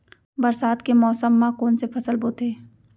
बरसात के मौसम मा कोन से फसल बोथे?